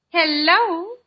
Hello